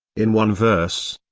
in one verse,